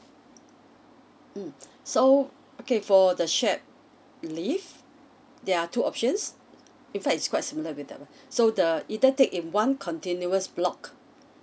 mm so okay for the shared leave there are two options in fact it's quite similar with that one so the either take in one continuous block